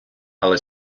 але